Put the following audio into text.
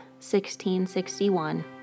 1661